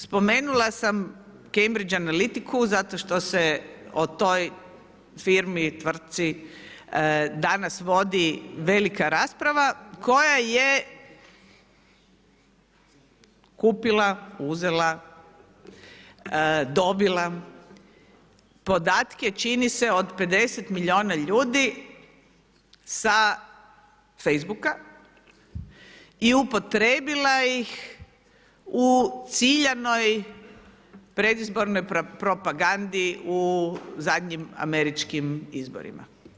Spomenula sam Cambridge analitiku zato što se o toj firmi, tvrtki danas vodi velika rasprava koja je kupila, uzela, dobila, podatke, čini se od pedeset milijuna ljudi sa Facebooka i upotrijebila ih u ciljanoj predizbornoj propagandi u zadnjim američkim izborima.